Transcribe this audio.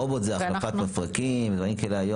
רובוט זה החלפת מפרקים, דברים כאלה.